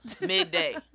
midday